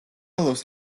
ლოს